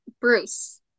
Bruce